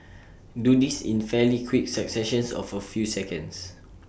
do this in fairly quick successions of A few seconds